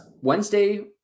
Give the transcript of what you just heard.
Wednesday